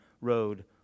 road